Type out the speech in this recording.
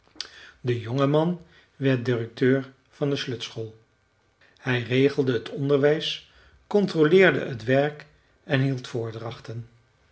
de jonge man werd directeur van de slöjdschool hij regelde het onderwijs controleerde het werk en hield voordrachten